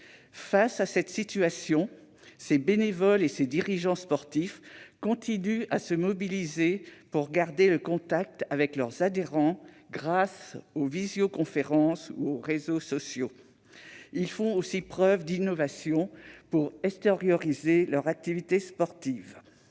Face à cette situation, ces bénévoles et ces dirigeants sportifs continuent à se mobiliser pour garder le contact avec leurs adhérents grâce aux visioconférences ou aux réseaux sociaux. Ils font aussi preuve d'innovation pour extérioriser leurs activités sportives.